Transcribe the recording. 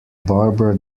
barbara